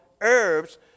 herbs